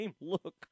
look